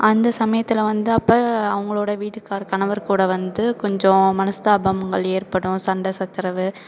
அந்த சமயத்தில் வந்து அப்போ அவங்களோட வீட்டுக்கார் கணவர் கூட வந்து கொஞ்சம் மனஸ்தாபங்கள் ஏற்படும் சண்டை சச்சரவு